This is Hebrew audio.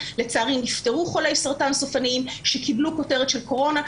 לצערי נפטרו חולי סרטן סופניים שקיבלו כותרת של קורונה,